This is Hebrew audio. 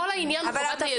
כל העניין הוא חובת היידוע.